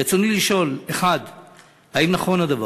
רצוני לשאול: 1. האם נכון הדבר?